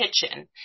kitchen